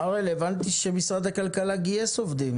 הרפורמה יצא לדרך ובינתיים עובדת